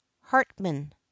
hartman